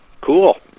Cool